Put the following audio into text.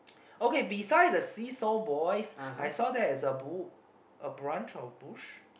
okay beside the see saw boys I saw there is a bu~ a branch or bush